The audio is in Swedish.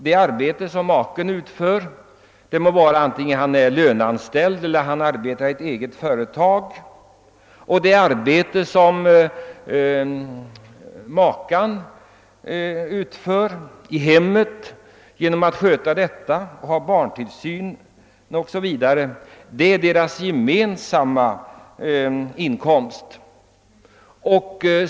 Det arbete som maken utför, vare sig han är löneanställd eller arbetar i eget företag, och det arbete som makan utför i hemmet genom att sköta detta och ha barntillsyn o. s. v. utgör grunden för deras gemensamma inkomst.